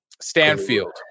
Stanfield